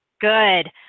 Good